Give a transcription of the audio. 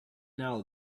now